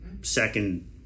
second